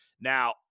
Now